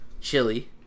Chili